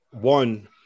one –